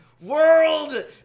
World